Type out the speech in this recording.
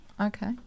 Okay